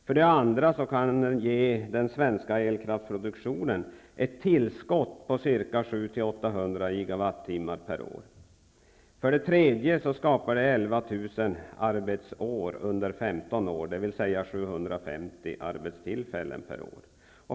För det andra kan den svenska elkraftsproduktionen få ett tillskott på ca 700--800 GWh per år. För det tredje skapar det 11 000 arbetsår under 15 år, dvs. 750 arbetstillfällen per år.